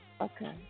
Okay